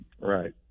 Right